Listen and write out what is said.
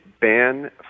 ban